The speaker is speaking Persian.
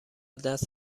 دست